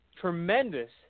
tremendous